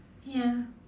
ya